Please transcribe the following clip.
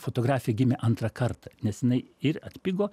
fotografija gimė antrą kartą nes jinai ir atpigo